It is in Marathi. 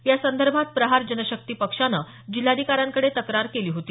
या संदर्भात प्रहार जनशक्ती पक्षाने जिल्हाधिकाऱ्यांकडे तक्रार केली होती